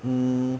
um